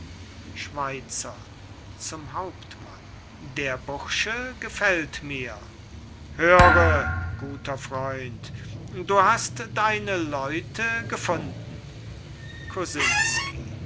schweizer zum hauptmann der bursche gefällt mir höre guter freund du hast deine leute gefunden